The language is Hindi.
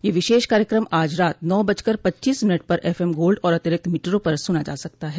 यह विशेष कार्यक्रम आज रात नौ बजकर पच्चीस मिनट पर एफएम गोल्ड और अतिरिक्त मीटरों पर सुना जा सकता है